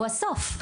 הוא הסוף.